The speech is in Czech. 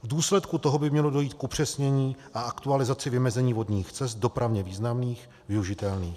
V důsledku toho by mělo dojít k upřesnění a aktualizaci vymezení vodních cest dopravně významných, využitelných.